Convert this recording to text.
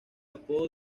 apodo